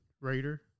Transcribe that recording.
Raider